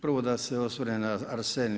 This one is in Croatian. Prvo da se osvrnem na arsen.